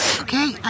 okay